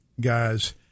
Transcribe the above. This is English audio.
guys